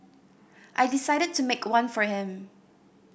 I decided to make one for him